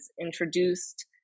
introduced